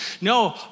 No